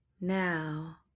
now